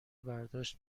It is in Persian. برداشت